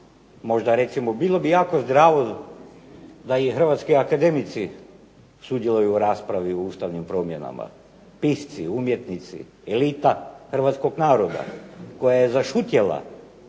možda recimo bilo bi jako zdravo da i hrvatski akademici sudjeluju u raspravi o ustavnim promjenama, pisci, umjetnici, elita hrvatskog naroda koja je zašutjela